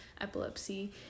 epilepsy